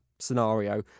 scenario